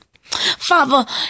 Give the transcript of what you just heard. father